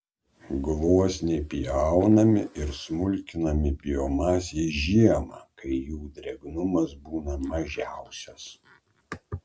gluosniai pjaunami ir smulkinami biomasei žiemą kai jų drėgnumas būna mažiausias